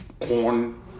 corn